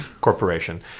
corporation